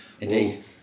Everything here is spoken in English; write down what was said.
Indeed